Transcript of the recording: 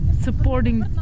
Supporting